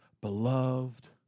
beloved